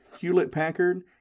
Hewlett-Packard